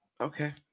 Okay